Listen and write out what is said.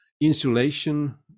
insulation